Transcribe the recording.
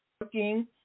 working